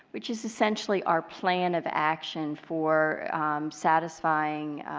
which is essentially our plan of action for satisfying